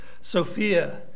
Sophia